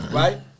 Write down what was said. right